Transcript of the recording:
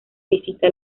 visita